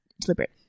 deliberate